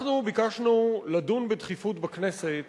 אנחנו ביקשנו לדון בדחיפות בכנסת